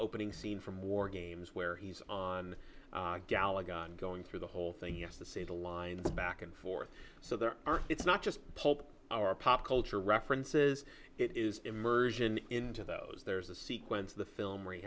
opening scene from war games where he's on gallagher going through the whole thing yes to say the line back and forth so there are it's not just pulp our pop culture references it is immersion into those there's a sequence of the film where you